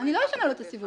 אני לא אשנה לו את הסיווג.